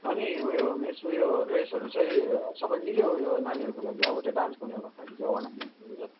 अनि उयो मिस उयो ड्रेसहरू चाहिँ सबै मिल्यो उयो नानीहरूको लागि अब त्यो डान्स गर्नेहरूको लागि अर्नामेन्ट्सहरू जस्तै